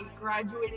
graduated